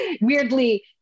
weirdly